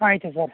ಆಯಿತು ಸರ್